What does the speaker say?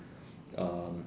um